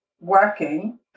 working